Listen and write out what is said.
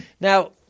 Now